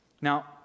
Now